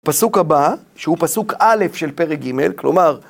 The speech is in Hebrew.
פסוק הבא, שהוא פסוק א' של פרק ג', כלומר...